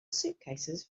suitcases